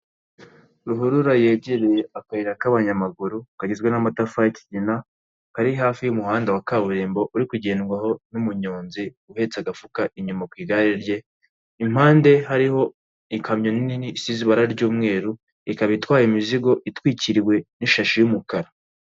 Ruhurura yegereye akayira k'abanyamaguru kagizwe n'amatafari y'ikigina, kari hafi y'umuhanda wa kaburimbo uri kugendwaho n'umunyonzi uhetse agafuka inyuma ku igare rye, impande hariho ikamyo nini isize ibara ry'umweru ikaba itwaye imizigo itwikiriwe n'ishashi y'umukara.